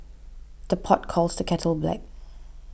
the pot calls the kettle black